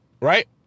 Right